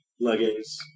leggings